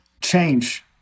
Change